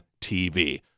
TV